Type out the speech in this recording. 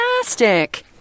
fantastic